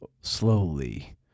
slowly